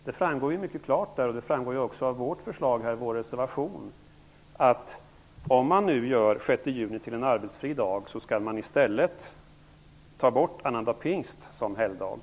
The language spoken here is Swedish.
Där framgår det mycket klart, och det gör det också av vårt förslag i vår reservation, att om man nu gör den 6 juni till en arbetsfri dag skall man i stället ta bort annandag pingst som helgdag.